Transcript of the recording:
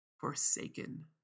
forsaken